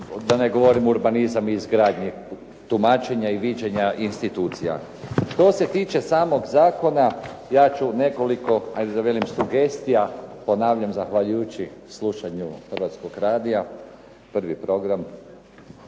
da ne govorim urbanizam izgradnji tumačenja i viđenja institucija. Što se tiče samog zakona ja ću nekoliko, hajde da velim sugestija ponavljam zahvaljujući slušanju Hrvatskog radija, prvi program